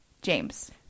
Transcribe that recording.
James